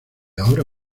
ahora